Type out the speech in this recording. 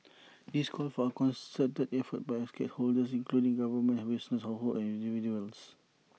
this calls for A concerted effort by all stakeholders including the government businesses households and individuals